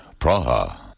Praha